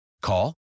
Call